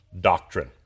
doctrine